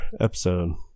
episode